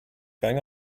going